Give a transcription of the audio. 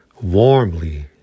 warmly